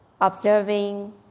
observing